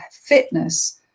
fitness